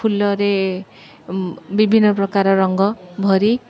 ଫୁଲରେ ବିଭିନ୍ନ ପ୍ରକାର ରଙ୍ଗ ଭରି